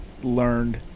learned